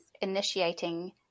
initiating